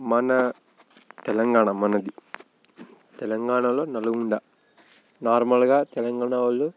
మన తెలంగాణ మనది తెలంగాణలో నల్గొండ నార్మల్గా తెలంగాణ వాళ్ళు